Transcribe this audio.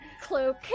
cloak